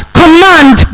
command